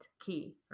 Key